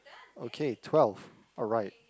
okay twelve alright